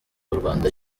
urwanda